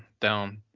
down